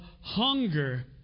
hunger